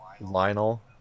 lionel